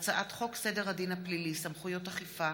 איציק שמולי וענת ברקו,